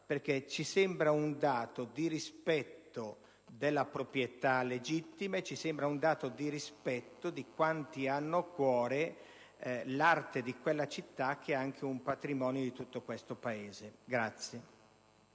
perché ci sembra un dato di rispetto della proprietà legittima ed anche un dato di rispetto di quanti hanno a cuore l'arte di quella città, che è poi un patrimonio di tutto questo Paese.